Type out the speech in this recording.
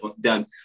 done